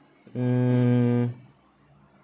mm